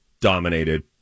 dominated